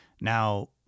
Now